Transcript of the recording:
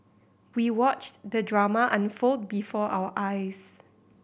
we watched the drama unfold before our eyes